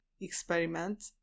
experiment